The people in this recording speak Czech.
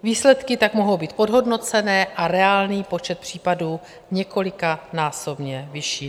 Výsledky tak mohou být podhodnocené a reálný počet případů několikanásobně vyšší.